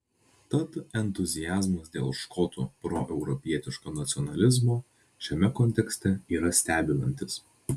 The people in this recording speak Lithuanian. tad entuziazmas dėl škotų proeuropietiško nacionalizmo šiame kontekste yra stebinantis